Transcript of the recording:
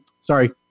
sorry